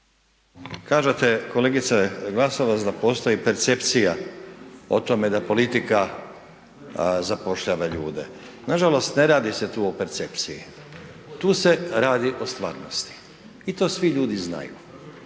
Kažete kolegice Glasovac da postoji percepcija o tome da politika zapošljava ljude. Nažalost, ne radi se tu o percepciji, tu se radi o stvarnosti i to svi ljudi znaju